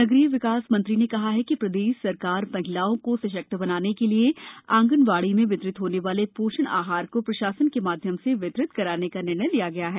नगरीय विकास मंत्री ने कहा कि प्रदेश शासन द्वारा महिलाओं को सशक्त बनाने के लिए आंगनवाड़ी में वितरित होने वाले पोषण आहार को प्रशासन के माध्यम से वितरित कराने का निर्णय लिया गया है